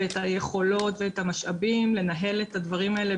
את היכולות ואת המשאבים לנהל את הדברים האלה